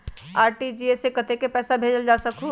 RTGS से कतेक पैसा भेजल जा सकहु???